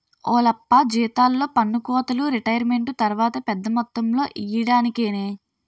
ఓలప్పా జీతాల్లో పన్నుకోతలు రిటైరుమెంటు తర్వాత పెద్ద మొత్తంలో ఇయ్యడానికేనే